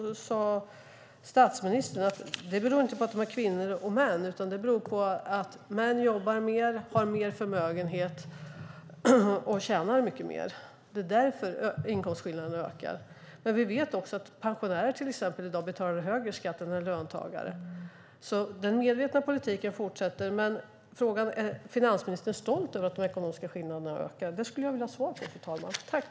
Statsministern har sagt att det inte beror på att det är kvinnor och män utan på att män jobbar mer, har mer förmögenhet och tjänar mer. Det är därför inkomstskillnaderna ökar. Vi vet att pensionärer i dag betalar högre skatt än löntagare. Den medvetna politiken fortsätter. Är finansministern stolt över att de ekonomiska skillnaderna ökar? Jag skulle vilja ha svar på det.